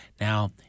Now